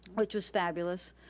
which was fabulous.